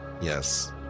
Yes